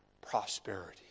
prosperity